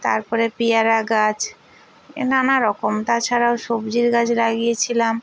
তারপরে পেয়ারা গাছ এ নানারকম তাছাড়াও সবজির গাছ লাগিয়েছিলাম